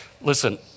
Listen